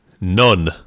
None